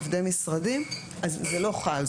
עובדי משרדים אז זה לא חל,